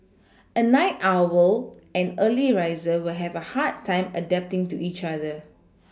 a night owl and early riser will have a hard time adapting to each other